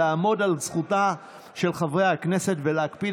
לעמוד על זכותם של חברי הכנסת ולהקפיד